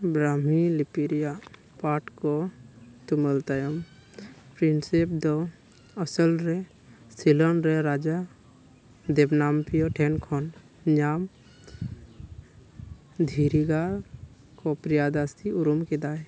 ᱵᱨᱟᱢᱤ ᱞᱤᱯᱤ ᱨᱮᱭᱟᱜ ᱯᱟᱴ ᱠᱚ ᱛᱩᱢᱟᱹᱞ ᱛᱟᱭᱚᱢ ᱯᱨᱤᱱᱥᱮᱯ ᱫᱚ ᱟᱥᱚᱞ ᱨᱮ ᱥᱤᱞᱚᱱ ᱨᱮ ᱨᱟᱡᱟ ᱫᱮᱵ ᱱᱟᱢ ᱯᱤᱭᱳ ᱴᱷᱮᱱ ᱠᱷᱚᱱ ᱧᱟᱢ ᱫᱷᱤᱨᱤ ᱜᱟᱲ ᱠᱚ ᱯᱨᱤᱭᱟ ᱫᱟᱹᱥᱤ ᱩᱨᱩᱢ ᱠᱮᱫᱟᱭ